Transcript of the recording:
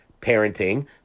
parenting